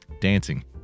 Dancing